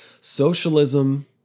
socialism